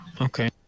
Okay